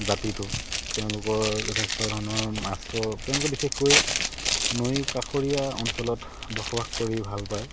জাতিটো তেওঁলোকৰ যথেষ্ট ধৰণৰ মাছৰ তেওঁলোকে বিশেষকৈ নৈ কাষৰীয়া অঞ্চলত বসবাস কৰি ভাল পায়